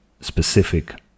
specific